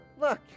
Look